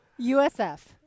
USF